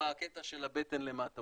בקטע של הבטן למטה.